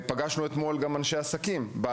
פגשנו אתמול בעלי עסקים למיניהם,